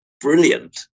brilliant